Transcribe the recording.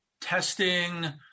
testing